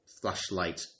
flashlight